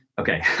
okay